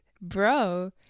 Bro